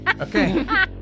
Okay